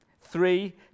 Three